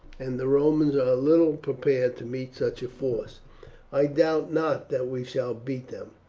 and the romans are little prepared to meet such a force i doubt not that we shall beat them,